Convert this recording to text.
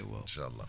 Inshallah